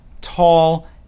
tall